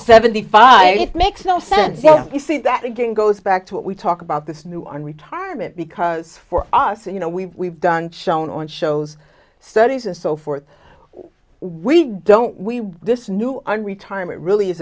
seventy five it makes no sense so you see that again goes back to what we talk about this new on retirement because for us you know we done shown on shows studies are so forth we don't we this new on retirement really is